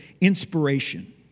inspiration